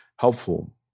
helpful